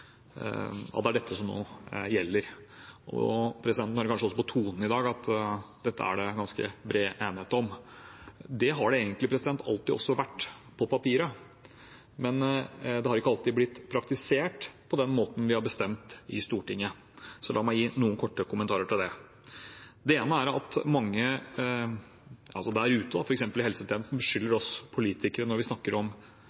at det er dette som nå gjelder. Man hører kanskje også på tonen i dag at dette er det ganske bred enighet om. Det har det også egentlig alltid vært på papiret, men det har ikke alltid blitt praktisert på den måten vi har bestemt i Stortinget, så la meg gi noen korte kommentarer til det. Det ene er at mange der ute, f.eks. i helsetjenesten, beskylder